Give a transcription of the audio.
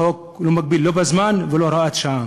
החוק לא מגביל בזמן ולא הוראת שעה.